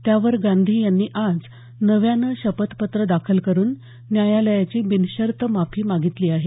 त्यावर गांधी यांनी आज नव्याने शपथपत्र दाखल करून न्यायालयाची बिनशर्त माफी मागितली आहे